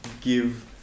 give